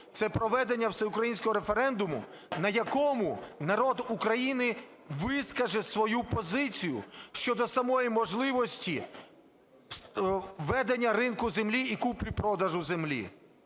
це проведення всеукраїнського референдуму, на якому народ України вискаже свою позицію щодо самої можливості введення ринку землі і купівлі-продажу землі.